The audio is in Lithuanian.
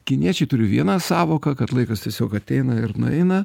kiniečiai turi vieną sąvoką kad laikas tiesiog ateina ir nueina